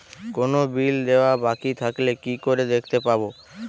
কোনো বিল দেওয়া বাকী থাকলে কি করে দেখতে পাবো?